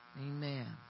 Amen